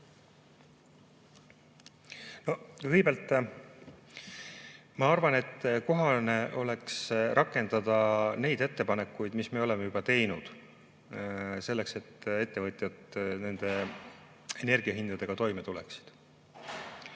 Kõigepealt ma arvan, et kohane oleks rakendada neid ettepanekuid, mis me oleme juba teinud selleks, et ettevõtjad nende energiahindadega toime tuleksid.